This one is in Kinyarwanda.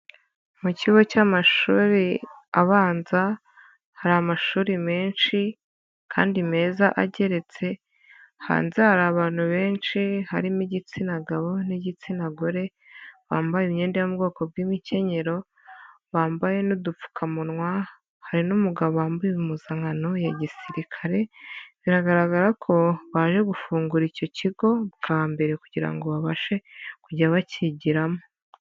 Mu kigo cy'amashuri abanza, hari amashuri menshi kandi meza ageretse, hanze hari abantu benshi, harimo igitsina gabo n'igitsina gore, bambaye imyenda yo mu bwoko bw'imikenyero, bambaye n'udupfukamunwa, hari n'umugabo wambaye impuzankano ya gisirikare, biragaragara ko baje gufungura icyo kigo bwa mbere kugira ngo babashe kujya bakigiramo.